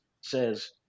says